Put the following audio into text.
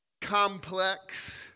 complex